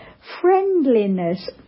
friendliness